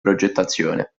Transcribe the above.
progettazione